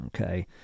okay